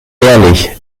ehrlich